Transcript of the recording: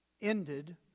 ended